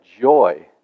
joy